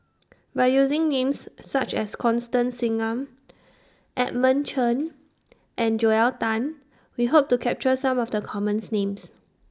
By using Names such as Constance Singam Edmund Chen and Joel Tan We Hope to capture Some of The commons Names